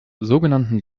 sogenannten